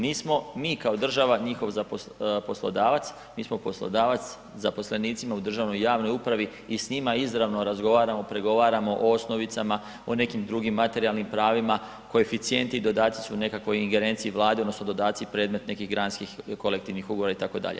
Nismo mi kao država njihov poslodavac, mi smo poslodavac zaposlenicima u državnoj i javnoj upravi i s njima izravno razgovaramo, pregovaramo o osnovicama, o nekim drugim materijalnim pravima, koeficijenti i dodaci su u nekakvoj ingerenciji Vlade odnosno dodaci predmet nekih granskih kolektivnih ugovora itd.